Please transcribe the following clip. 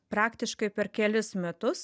praktiškai per kelis metus